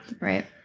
Right